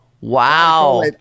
Wow